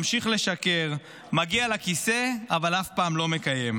ממשיך לשקר, מגיע לכיסא, אבל אף פעם לא מקיים.